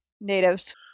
natives